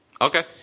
Okay